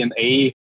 DNA